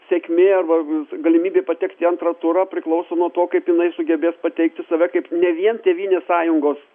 sėkmė arba galimybė patekti į antrą turą priklauso nuo to kaip jinai sugebės pateikti save kaip ne vien tėvynės sąjungos